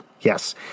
Yes